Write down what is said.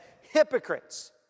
hypocrites